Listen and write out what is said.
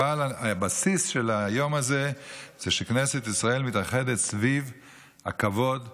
הבסיס של היום הזה הוא שכנסת ישראל מתאחדת סביב הכבוד לאנשים,